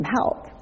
help